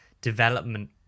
development